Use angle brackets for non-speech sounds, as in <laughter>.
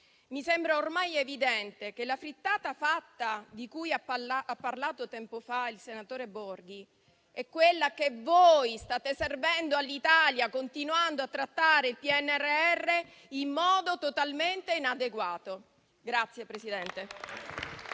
mi sembra ormai evidente che la frittata fatta di cui ha parlato tempo fa il senatore Borghi è quella che voi state servendo all'Italia, continuando a trattare il PNRR in modo totalmente inadeguato. <applause>